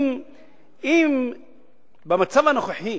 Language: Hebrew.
אם במצב הנוכחי